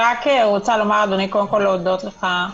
אבל העניין הוא לא רק אם התקנות יאושרו